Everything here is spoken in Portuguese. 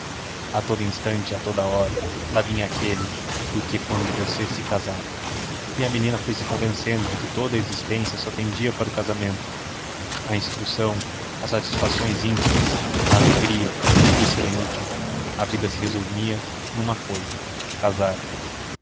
a todo instante e a toda a hora lá vinha aquele porque quando você se casar e a menina foise convencendo de que toda a existência só tendia para o casamento a instrução as satisfações íntimas a alegria tudo isso era inútil a vida se resumia numa cousa casar